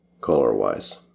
color-wise